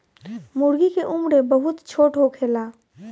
मूर्गी के उम्र बहुत छोट होखेला